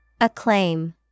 acclaim